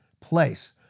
place